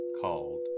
called